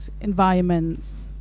environments